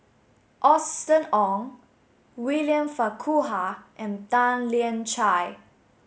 Austen Ong William Farquhar and Tan Lian Chye